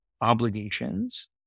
obligations